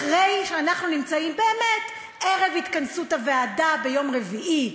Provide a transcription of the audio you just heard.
אחרי שאנחנו נמצאים באמת ערב התכנסות הוועדה ביום רביעי,